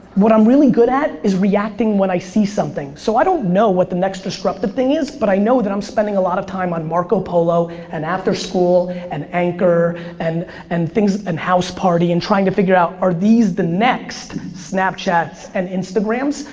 what i'm really good at is reacting when i see something so i don't know what the next disruptive thing is but i know that i'm spending a lot of time on marco polo, and after school and anchor and and house party and trying to figure out are these the next snapchats and instagrams.